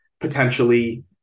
potentially